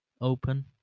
open